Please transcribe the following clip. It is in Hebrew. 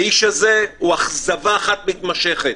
האיש הזה הוא אכזבה אחת מתמשכת.